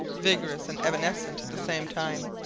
vigorous and evanescent at the same time,